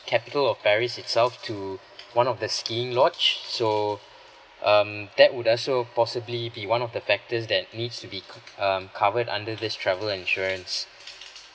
capital of paris itself to one of the skiing lodge so um that would also possibly be one of the factors that needs to be um covered under this travel insurance